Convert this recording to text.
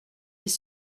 ils